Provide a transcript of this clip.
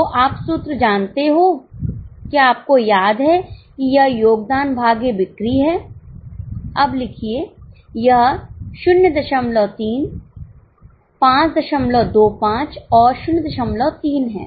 तो आप सूत्र जानते हो क्या आपको याद है कि यह योगदान भागे बिक्री है अब लिखिए यह 03 525 और 03 है